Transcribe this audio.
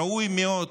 ראוי מאוד